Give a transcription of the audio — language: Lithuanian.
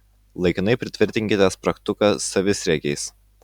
laikinai pritvirtinkite spragtuką savisriegiais